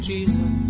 Jesus